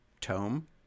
tome